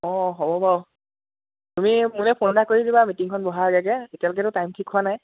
অঁ হ'ব বাৰু তুমি মোলে ফোন এটা কৰি দিবা মিটিংখন বহাৰ আগে আগে এতিয়ালৈকেতো টাইম ঠিক হোৱা নাই